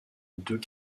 deux